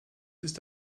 ist